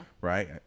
Right